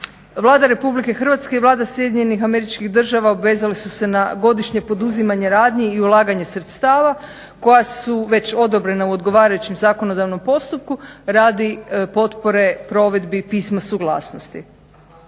Vlada Republike Hrvatske i Vlada SAD-a obvezale su se na godišnje poduzimanje radnji i ulaganje sredstava koja su već odobrena u odgovarajućem zakonodavnom postupku radi potpore provedbi pisma suglasnosti.